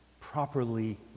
properly